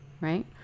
right